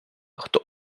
хто